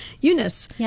Eunice